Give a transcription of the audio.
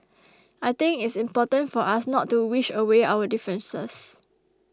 I think it's important for us not to wish away our differences